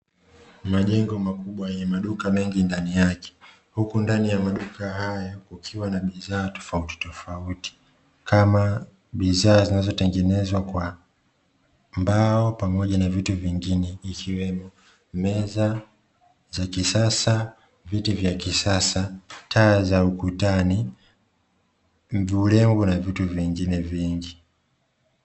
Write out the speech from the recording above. Majengo makubwa yenye maduka mengi ndani yake, huku ndani ya maduka hayo kukiwa na bidhaa tofauti tofauti, kama bidhaa zinazotengenezwa kwa mbao pamoja na vitu vingine, ikiwemo; meza za kisasa, viti vya kisasa, taa za ukutani, urembo na vitu vingine vingi.